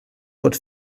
pots